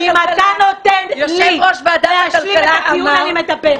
אם אתה נותן לי להשלים את הטיעון אני מדברת.